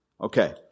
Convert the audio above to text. Okay